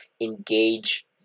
engage